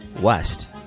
west